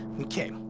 Okay